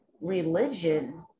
religion